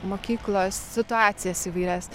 mokyklos situacijas įvairias